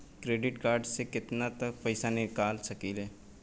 Credit card से केतना तक पइसा निकाल सकिले?